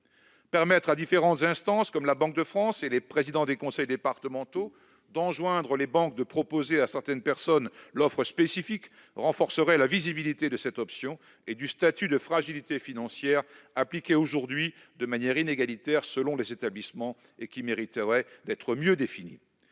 Permettre à différentes instances, comme la Banque de France ou les présidents des conseils départementaux, d'enjoindre aux banques de proposer à certaines personnes l'offre spécifique renforcerait la visibilité de cette option et du statut de fragilité financière, qui est aujourd'hui appliqué de manière plus ou moins inégalitaire selon les établissements et mériterait d'être mieux défini.